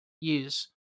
use